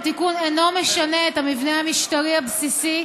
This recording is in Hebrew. התיקון אינו משנה את המבנה המשטרי הבסיסי,